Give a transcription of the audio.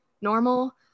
normal